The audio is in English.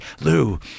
Lou